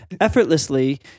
effortlessly